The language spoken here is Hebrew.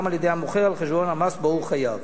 על-ידי המוכר על חשבון המס בו הוא חייב.